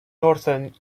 northern